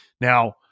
now